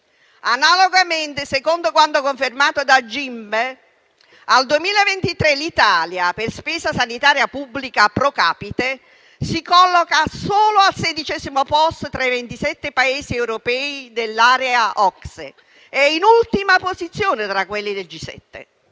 Analogamente, secondo quanto confermato da GIMBE, al 2023 l'Italia per spesa sanitaria pubblica *pro capite* si colloca solo al sedicesimo posto tra i 27 Paesi europei dell'area OCSE e in ultima posizione tra quelli del G7.